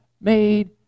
made